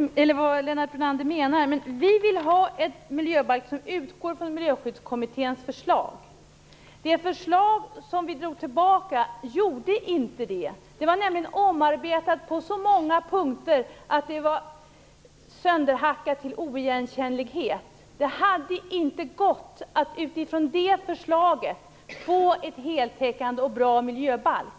inte riktigt vad Lennart Brunander menar. Vi vill ha en miljöbalk som utgår från Miljöskyddskommitténs förslag. Det förslag som drogs tillbaka gjorde inte det. Det var nämligen omarbetat på så många punkter att det var sönderhackat till oigenkännlighet. Det hade inte gått att utifrån det förslaget få en heltäckande och bra miljöbalk.